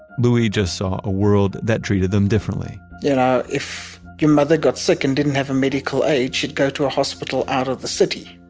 louis just saw a world that treated them differently. you know, if your mother got sick and didn't have a medical aid, she'd go to a hospital out of the city,